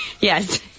Yes